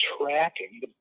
tracking